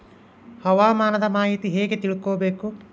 ಹವಾಮಾನದ ಮಾಹಿತಿ ಹೇಗೆ ತಿಳಕೊಬೇಕು?